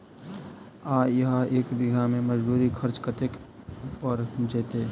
आ इहा एक बीघा मे मजदूरी खर्च कतेक पएर जेतय?